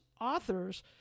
authors